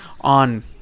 on –